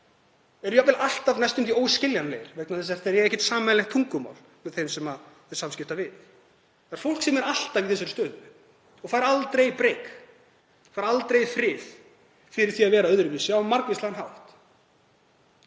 eru jafnvel alltaf næstum því óskiljanlegir vegna þess að þeir eiga ekkert sameiginlegt tungumál með þeim sem þeir eiga í samskiptum við. Það er fólk sem er alltaf í þessari stöðu og fær aldrei breik, fær aldrei frið fyrir því að vera öðruvísi á margvíslegan hátt.